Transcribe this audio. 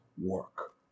work